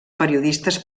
periodistes